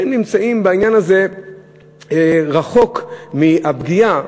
נמצאים בעניין הזה רחוק מהפגיעה.